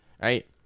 right